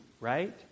right